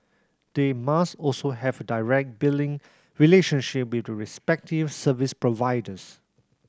they must also have direct billing relationship with the respective service providers